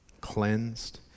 cleansed